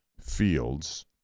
Fields